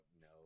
no